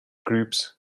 groups